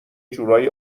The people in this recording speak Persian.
جورایی